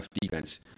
defense